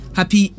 Happy